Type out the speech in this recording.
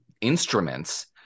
instruments